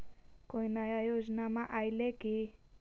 कोइ नया योजनामा आइले की?